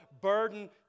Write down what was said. burden